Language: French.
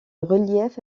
relief